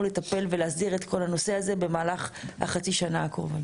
לטפל ולהסדיר את כל הנושא הזה במהלך חצי השנה הקרובה.